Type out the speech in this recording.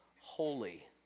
holy